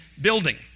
building